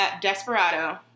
Desperado